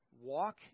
walk